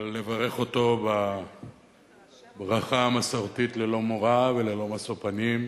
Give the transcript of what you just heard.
ולברך אותו בברכה המסורתית: ללא מורא וללא משוא פנים.